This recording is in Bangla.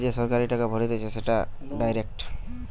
ব্যাংকে যে সরাসরি টাকা ভরা হতিছে সেটা ডাইরেক্ট